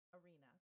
arena